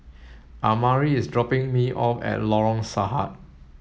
Amari is dropping me off at Lorong Sarhad